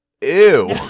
Ew